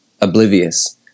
oblivious